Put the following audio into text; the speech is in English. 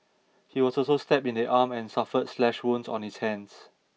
he was also stabbed in the arm and suffered slash wounds on his hands